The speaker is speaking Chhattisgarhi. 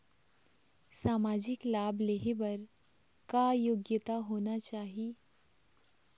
सामाजिक लाभ लेहे बर का योग्यता होना चाही?